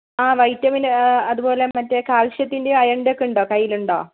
ആ വൈറ്റമിൻ അതുപോലെ മറ്റേ കാൽഷ്യത്തിന്റെ അയേണിന്റെ ഒക്കെ ഉണ്ടോ കയ്യിലുണ്ടോ